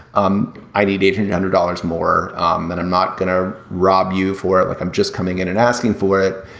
um i need agent hundred dollars more than i'm not going to rob you for it. like i'm just coming in and asking for it.